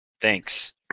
Thanks